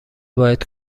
باید